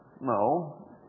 No